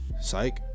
psych